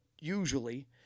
usually